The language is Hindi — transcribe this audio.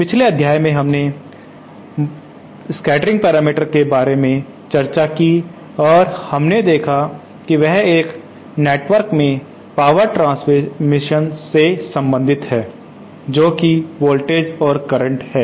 पिछले अध्याय में हमने स्कैटरिंग पैरामीटर्स के बारे में चर्चा की और हमने देखा कि वह एक नेटवर्क में पावर ट्रांसमिशन से संबंधित है जो कि वोल्टेज और करंट हैं